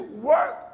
work